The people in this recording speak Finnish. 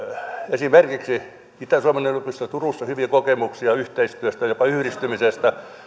esimerkiksi itä suomen yliopistossa turussa hyviä kokemuksia yhteistyöstä jopa yhdistymisestä